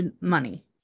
money